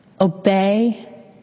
obey